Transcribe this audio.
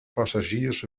passagiers